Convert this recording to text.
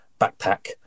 backpack